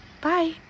Bye